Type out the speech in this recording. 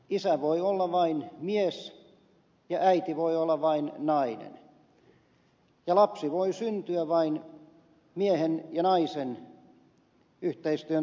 isä voi olla vain mies ja äiti voi olla vain nainen ja lapsi voi syntyä vain miehen ja naisen yhteistyön tuloksena